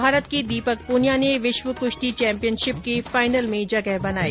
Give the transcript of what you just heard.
भारत के दीपक पूनिया ने विश्व कुश्ती चैम्पियनशिप के फाइनल में जगह बनाई